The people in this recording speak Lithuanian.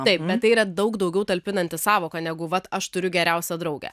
taip bet tai yra daug daugiau talpinanti sąvoka negu vat aš turiu geriausią draugę